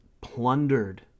plundered